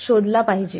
शोधला पाहिजे